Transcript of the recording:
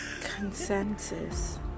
Consensus